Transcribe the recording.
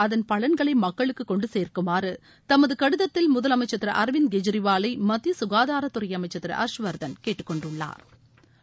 அதன் பலன்களை மக்களுக்கு கொன்டு சேர்ககுமாறு தமது கடிதத்தில் முதலமைச்சர் திரு அரவிந்த் கெஜ்ரிவாலை மத்திய ககாதாரத்துறை அமைச்சர் திரு ஹா்ஷ் வா்தன் கேட்டுக்கொண்டுள்ளாா்